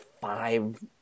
five